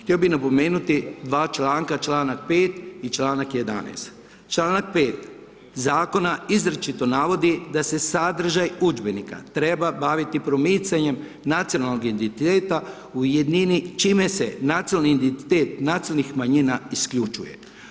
Htio bi napomenuti dva članka, čl. 5 i čl. 11 Čl. 5 zakona izričito navodi da se sadržaj udžbenika treba baviti promicanjem nacionalnog identiteta u jednini, čime se nacionalni identitet nacionalnih manjina isključuje.